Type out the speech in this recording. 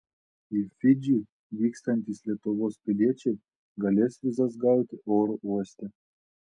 į fidžį vykstantys lietuvos piliečiai galės vizas gauti oro uoste